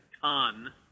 ton